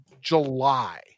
July